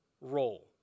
role